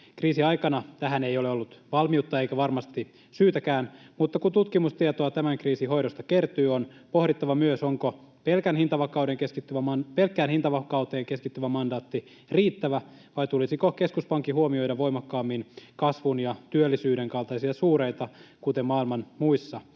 Kriisiaikana tähän ei ole ollut valmiutta eikä varmasti syytäkään, mutta kun tutkimustietoa tämän kriisin hoidosta kertyy, on pohdittava myös, onko pelkkään hintavakauteen keskittyvä mandaatti riittävä vai tulisiko keskuspankin huomioida voimakkaammin kasvun ja työllisyyden kaltaisia suureita, kuten maailman muissa